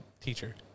teacher